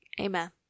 Amen